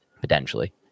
potentially